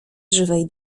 żywej